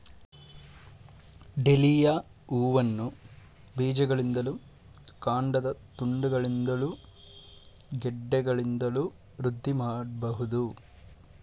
dahlia ಹೂವನ್ನ ಬೀಜಗಳಿಂದಲೂ ಕಾಂಡದ ತುಂಡುಗಳಿಂದಲೂ ಗೆಡ್ಡೆಗಳಿಂದಲೂ ವೃದ್ಧಿ ಮಾಡ್ಬಹುದು